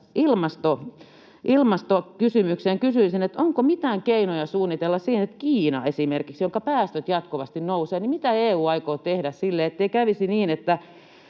ilmastokysymykseen. Kysyisin, että onko mitään keinoja ja suunnitelmia, kun esimerkiksi Kiinan päästöt jatkuvasti nousevat. Mitä EU aikoo tehdä sille, ettei kävisi niin, että